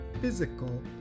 physical